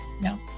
no